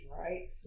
right